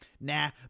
Nah